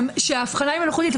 ההבחנה היא מלאכותית.